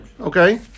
Okay